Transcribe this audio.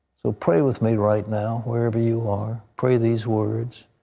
so pray with me right now, wherever you are. pray these words.